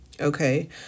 okay